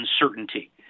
uncertainty